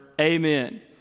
Amen